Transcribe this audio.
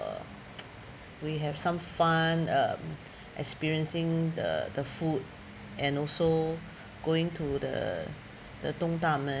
uh we have some fun uh experiencing the the food and also going to the the dongdaemun